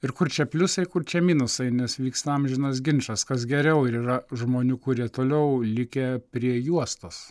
ir kur čia pliusai ir kur čia minusai nes vyksta amžinas ginčas kas geriau ir yra žmonių kurie toliau likę prie juostos